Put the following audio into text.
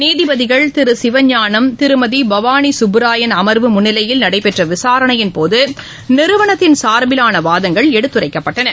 நீதிபதிகள் திரு சிவஞானம் திருமதி பவானி சுப்புராயன் அம்வு முன்னிலையில் நடைபெற்ற விசாரணியன்போது நிறுவனத்தின் சார்பிலான வாதங்கள் எடுத்துரைக்கப்பட்டன